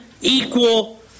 equal